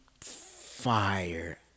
fire